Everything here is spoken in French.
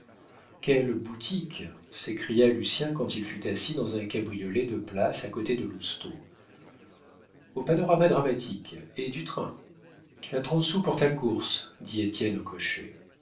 quelle boutique s'écria lucien quand il fut assis dans un cabriolet de place à côté de lousteau au panorama dramatique et du train tu as trente sous pour ta course dit étienne au cocher